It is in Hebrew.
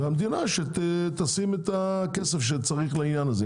ושהמדינה תשים את הכסף שצריך לעניין הזה,